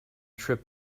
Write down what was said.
trip